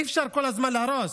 אי-אפשר כל הזמן להרוס,